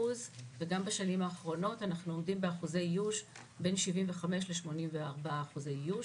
וגם בשנים האחרונות אנחנו עומדים בין 75% ל-84% איוש.